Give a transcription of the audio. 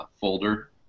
folder